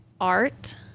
art